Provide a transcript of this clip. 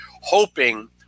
hoping